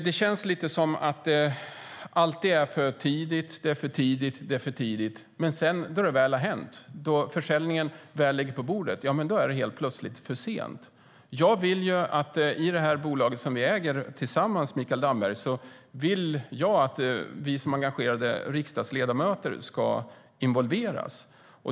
Det känns lite som att det alltid är för tidigt, men när det väl har hänt - när försäljningen väl ligger på bordet - då är det helt plötsligt för sent. Vi som engagerade riksdagsledamöter borde involveras i det bolag som vi äger tillsammans, Mikael Damberg.